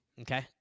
Okay